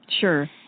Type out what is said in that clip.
Sure